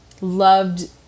Loved